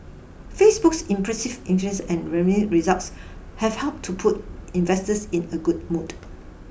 Facebook's impressive and revenue results have helped to put investors in a good mood